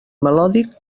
melòdic